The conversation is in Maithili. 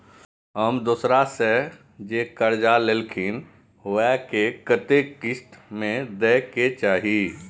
हम दोसरा से जे कर्जा लेलखिन वे के कतेक किस्त में दे के चाही?